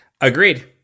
Agreed